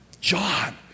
John